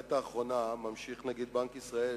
בעת האחרונה ממשיך נגיד בנק ישראל